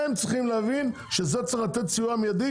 הם צריכים להבין שזה צריך לתת סיוע מידי